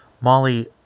Molly